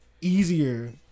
easier